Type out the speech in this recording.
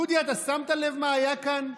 דודי, אתה שמת לב מה היה כאן?